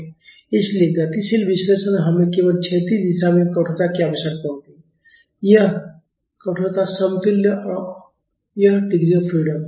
इसलिए गतिशील विश्लेषण में हमें केवल क्षैतिज दिशा में कठोरता की आवश्यकता होती है यह कठोरता समतुल्य और यह डिग्री ऑफ फ्रीडम